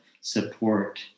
support